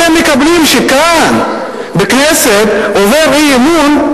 אתם מקבלים שכאן בכנסת עובר אי-אמון,